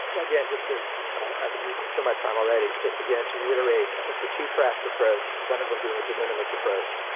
again, just ah i've been using too much time already just again to reiterate, i think the twotracks approach, one of them being a de minimis approach,